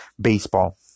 baseball